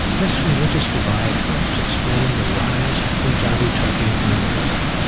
this religious divide helps explain the rise of punjabi trucking in america.